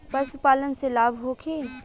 पशु पालन से लाभ होखे?